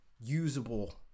usable